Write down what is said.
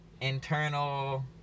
internal